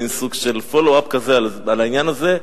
מין סוג של follow up כזה על העניין הזה: